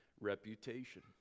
reputation